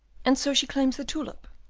and so she claims the tulip?